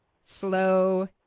slow